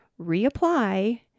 reapply